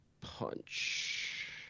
Punch